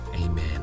Amen